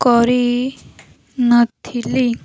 କରିନଥିଲି